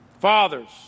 fathers